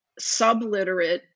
subliterate